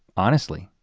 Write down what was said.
honestly,